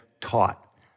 taught